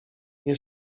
nie